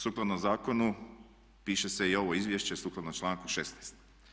Sukladno zakonu piše se i ovo izvješće sukladno članku 16.